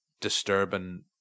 disturbing